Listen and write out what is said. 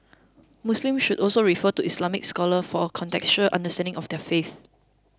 Muslims should also refer to Islamic scholars for a contextualised understanding of their faith